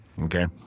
Okay